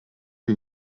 wir